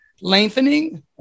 Lengthening